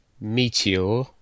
Meteor